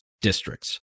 districts